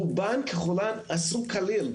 רובן ככולן עשו כליל.